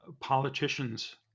politicians